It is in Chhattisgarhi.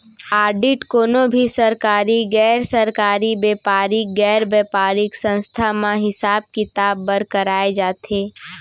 आडिट कोनो भी सरकारी, गैर सरकारी, बेपारिक, गैर बेपारिक संस्था म हिसाब किताब बर कराए जाथे